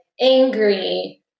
angry